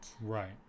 right